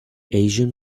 asian